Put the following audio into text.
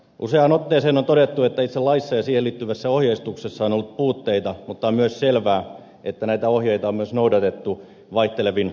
useaan otteeseen on todettu että itse laissa ja siihen liittyvässä ohjeistuksessa on ollut puutteita mutta on myös selvää että näitä ohjeita on myös noudatettu vaihtelevin tulkinnoin